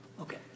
Okay